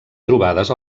trobades